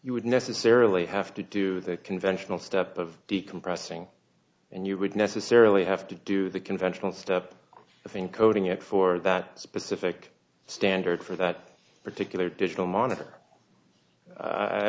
you would necessarily have to do the conventional step of decompressing and you would necessarily have to do the conventional step i think coding it for that specific standard for that particular digital monitor i